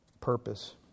Purpose